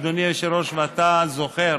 אדוני היושב-ראש, ואתה זוכר,